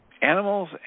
animals